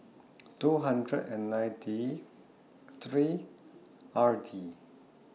two hundred and ninety three R D